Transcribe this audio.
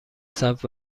ثبت